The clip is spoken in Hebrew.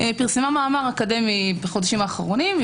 פרסמת מאמר אקדמי בחודשים האחרונים.